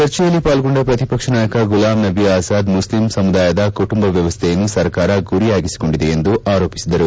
ಚರ್ಚೆಯಲ್ಲಿ ಪಾಲ್ಗೊಂಡ ಪ್ರತಿಪಕ್ಷ ನಾಯಕ ಗುಲಾಮ್ ನಬಿ ಅಜಾದ್ ಮುಸ್ಲಿಂ ಸಮುದಾಯದ ಕುಟುಂಬ ವ್ಯವಸ್ಥೆಯನ್ನು ಸರ್ಕಾರ ಗುರಿಯಾಗಿಸಿಕೊಂಡಿದೆ ಎಂದು ಆರೋಪಿಸಿದರು